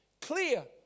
Clear